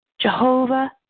Jehovah